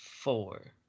Four